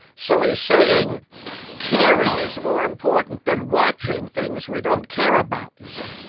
so he's saying caring is more important than watching things we don't care about you see.